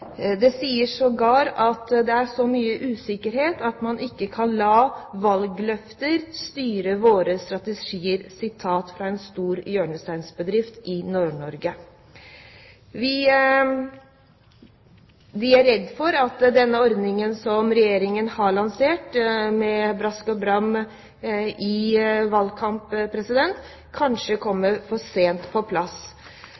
Det sies sågar at det er så mye usikkerhet at man ikke kan la valgløfter styre sine strategier. Dette uttaler en stor hjørnesteinsbedrift i Nord-Norge. De er redde for at denne ordningen, som Regjeringen lanserte med brask og bram i valgkampen, kanskje